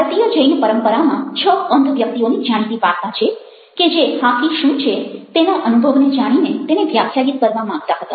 ભારતીય જૈન પરંપરામાં છ અંધ વ્યક્તિઓની જાણીતી વાર્તા છે કે જે હાથી શું છે તેના અનુભવને જાણીને તેને વ્યાખ્યાયિત કરવા માગતા હતા